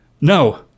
No